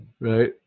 Right